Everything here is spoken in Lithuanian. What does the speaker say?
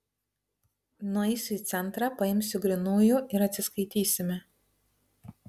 nueisiu į centrą paimsiu grynųjų ir atsiskaitysime